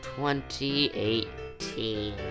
2018